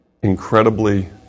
Incredibly